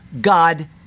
God